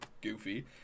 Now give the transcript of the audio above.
goofy